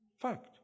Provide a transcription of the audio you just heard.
Fact